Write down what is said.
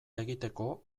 egiteko